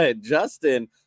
justin